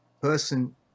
person